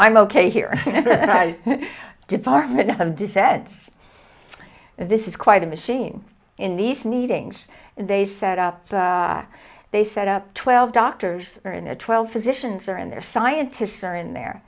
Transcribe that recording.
i'm ok here department of defense this is quite a machine in these meetings they set up they set up twelve doctors are in a twelve physicians are in there scientists are in the